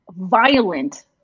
violent